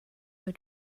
were